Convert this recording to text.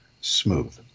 smooth